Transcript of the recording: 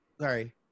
sorry